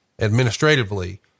administratively